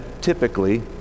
typically